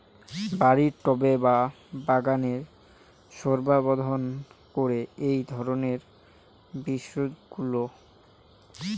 বাড়ির টবে বা বাগানের শোভাবর্ধন করে এই ধরণের বিরুৎগুলো